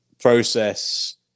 process